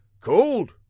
Cold